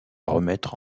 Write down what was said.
remettre